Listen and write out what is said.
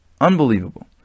Unbelievable